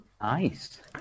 nice